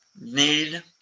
Need